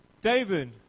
David